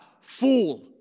fool